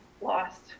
lost